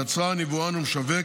יצרן, יבואן ומשווק,